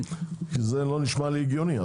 כי זה לא נשמע לי הגיוני,